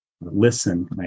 listen